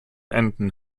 enten